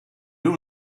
new